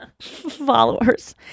followers